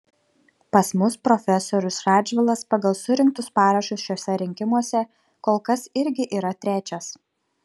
pas mus profesorius radžvilas pagal surinktus parašus šiuose rinkimuose kol kas irgi yra trečias